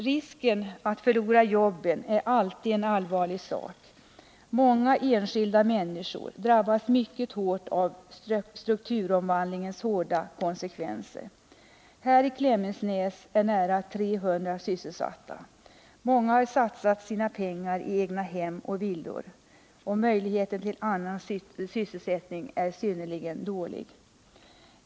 Risken att förlora jobben för alltid är en allvarlig sak. Många enskilda människor drabbas mycket hårt av strukturomvandlingens hårda konsekvenser. I Klemensnäs är nära 300 sysselsatta. Många har satsat sina pengar i egnahem och villor. Möjligheten till annan sysselsättning är synnerligen dålig.